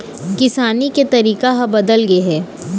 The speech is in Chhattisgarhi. किसानी के तरीका ह बदल गे हे